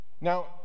Now